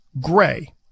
gray